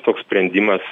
toks sprendimas